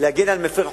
על מפר חוק,